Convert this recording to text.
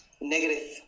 negative